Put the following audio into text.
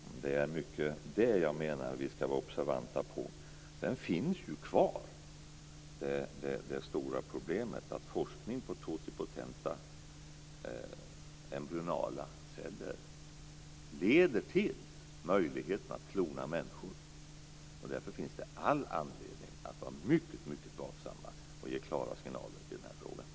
Det är mycket det som jag menar att vi ska vara observanta på. Sedan finns ju det stora problemet kvar, att forskningen på totipotenta embryonala celler leder till möjligheten att klona människor. Därför finns det all anledning att vara mycket vaksamma och ge klara signaler i den här frågan.